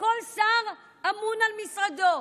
שכל שר אמון על משרדו.